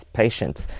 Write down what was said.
patients